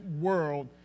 world